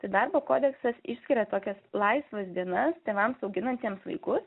tai darbo kodeksas išskiria tokias laisvas dienas tėvams auginantiems vaikus